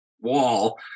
wall